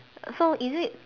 so is it